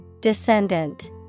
Descendant